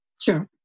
Sure